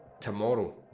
tomorrow